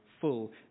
full